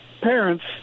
parents